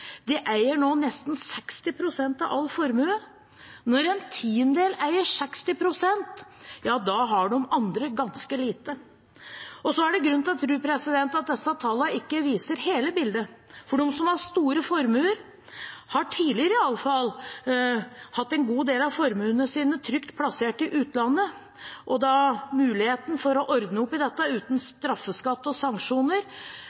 De eier nå nesten 60 pst. av all formue. Når en tiendedel eier 60 pst., har de andre ganske lite. Så er det grunn til å tro at disse tallene ikke viser hele bildet, for de som har store formuer, har iallfall tidligere hatt en god del av formuene sine trygt plassert i utlandet, og da muligheten for å ordne opp i dette uten